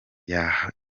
yohana